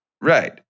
Right